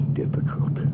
difficult